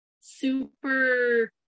super